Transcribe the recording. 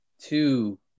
two